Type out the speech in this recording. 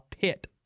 pit